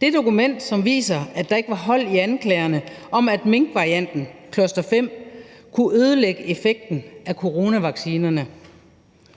Det er et dokument, som viser, at der ikke var hold i anklagerne om, at minkvarianten cluster-5 kunne ødelægge effekten af coronavaccinerne.